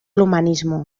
humanismo